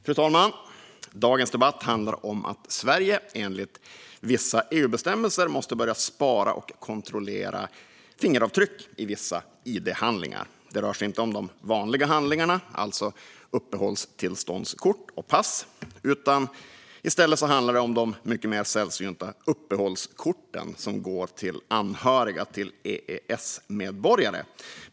Fru talman! Dagens debatt handlar om att Sverige enligt vissa EU-bestämmelser måste börja spara och kontrollera fingeravtryck i vissa id-handlingar. Det rör sig inte om de vanliga handlingarna, alltså uppehållstillståndskort och pass, utan det handlar om de mycket mer sällsynta uppehållskort som går till anhöriga till EES-medborgare.